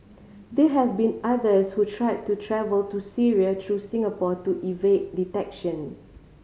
they have been others who tried to travel to Syria through Singapore to evade detection